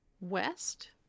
west